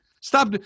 stop